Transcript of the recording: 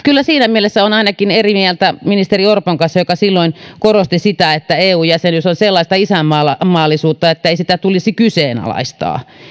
kyllä ainakin siinä mielessä olen eri mieltä ministeri orpon kanssa kun hän silloin korosti sitä että eu jäsenyys on sellaista isänmallisuutta ettei sitä tulisi kyseenalaistaa